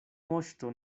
moŝto